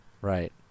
Right